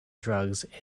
drugs